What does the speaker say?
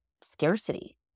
scarcity